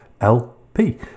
LP